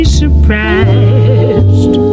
surprised